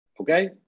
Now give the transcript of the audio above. Okay